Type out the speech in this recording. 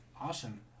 Awesome